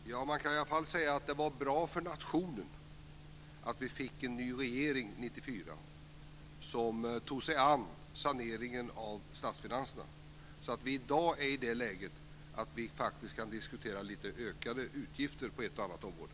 Fru talman! Man kan i alla fall säga att det var bra för nationen att vi fick en ny regering 1994 som tog sig an saneringen av statsfinanserna så att vi i dag är i det läget att vi faktiskt kan diskutera lite ökade utgifter på ett och annat område.